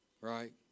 Right